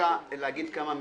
להגיד כמה מילים.